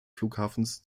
flughafens